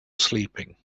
sleeping